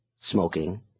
smoking